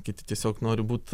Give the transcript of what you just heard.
kiti tiesiog nori būt